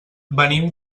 venim